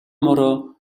морио